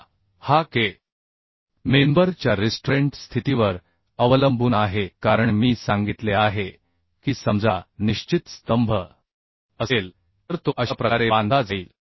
आता हा K member च्या रिस्ट्रेंट स्थितीवर अवलंबून आहे कारण मी सांगितले आहे की समजा निश्चित स्तंभ असेल तर तो अशा प्रकारे बांधला जाईल